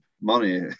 money